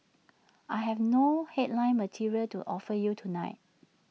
I have no headline material to offer you tonight